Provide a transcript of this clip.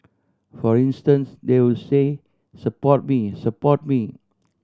for instance they will say support me support me